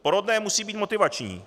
Porodné musí být motivační.